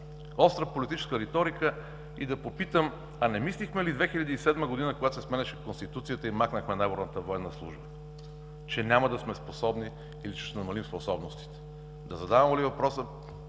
остра политическа риторика и да попитам: а не мислихме ли 2007 г., когато се сменяше Конституцията и махнахме наборната военна служба, че няма да сме способни или ще намалим способностите? Да задавам ли въпроса: